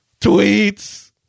Tweets